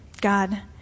God